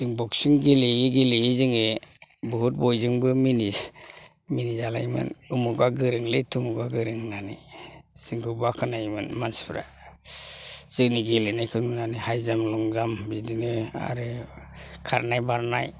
जों बक्सिं गेलेयै गेलेयै जोङो बुहुत बयजोंबो मिनि मिनि जालायोमोन उमुखआ गोरोंलै थुमुखआ गोरों होननानै जोंखौ बाख्नायोमोन मानसिफ्रा जोंनि गेलेनायखौ नुनानै हाइजाम लंजाम बिदिनो आरो खारनाय बारनाय